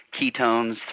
ketones